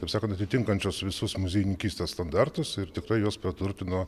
taip sakant atitinkančios visus muziejininkystės standartus ir tikrai jos praturtino